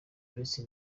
uretse